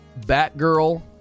Batgirl